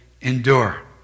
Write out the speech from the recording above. endure